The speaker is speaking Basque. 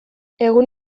egun